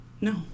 no